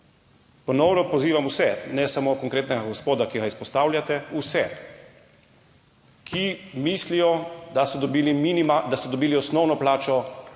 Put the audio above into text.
Ponovno pozivam vse, ne samo konkretnega gospoda, ki ga izpostavljate, vse, ki mislijo, da so dobili minima...,